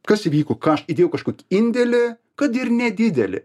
kas įvyko ką aš įdėjau kažkokį indėlį kad ir nedidelį